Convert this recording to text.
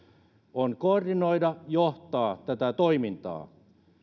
on koordinoida johtaa tätä toimintaa